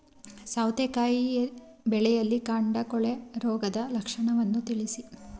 ಸೌತೆಕಾಯಿ ಬೆಳೆಯಲ್ಲಿ ಕಾಂಡ ಕೊಳೆ ರೋಗದ ಲಕ್ಷಣವನ್ನು ತಿಳಿಸಿ?